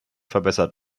verbessert